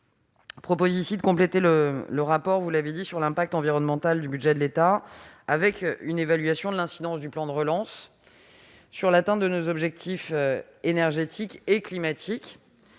vise à compléter le rapport sur l'impact environnemental du budget de l'État, avec une évaluation de l'incidence du plan de relance sur l'atteinte de nos objectifs énergétiques et climatiques,